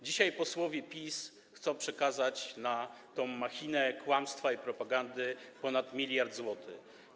Dzisiaj posłowie PiS chcą przekazać na tę machinę kłamstwa i propagandy ponad 1 mld zł.